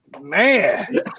Man